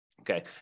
Okay